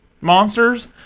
Monsters